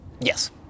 Yes